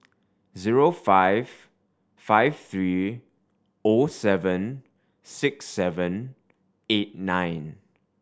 zero five five three O seven six seven eight nine